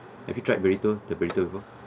have you tried burrito the burrito before